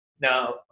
Now